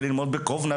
וללמוד בקובנה,